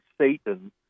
Satan